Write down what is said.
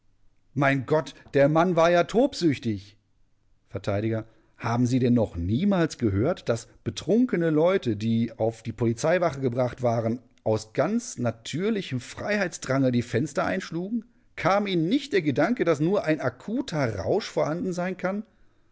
mein gott der mann war ja tobsüchtig vert haben sie denn noch niemals gehört daß betrunkene leute die auf die polizeiwache gebracht waren aus ganz natürlichem freiheitsdrange die fenster ster einschlugen kam ihnen nicht der gedanke daß nur ein akuter rausch vorhanden sein kann